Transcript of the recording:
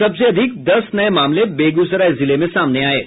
सबसे अधिक दस नये मामले बेगूसराय जिले में सामने आये हैं